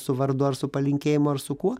su vardu ar su palinkėjimu ar su kuo